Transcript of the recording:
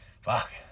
fuck